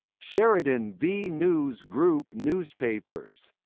sheridan v news group newspapers